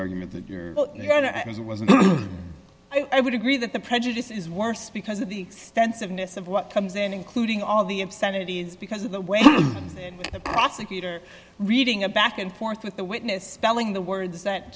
argument that you're going to i would agree that the prejudice is worse because of the extensiveness of what comes in including all the obscenity is because of the way the prosecutor reading a back and forth with the witness spelling the words that